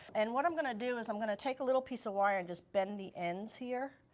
and what i'm going to do is i'm going to take a little piece of wire and just bend the ends here.